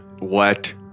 let